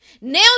Now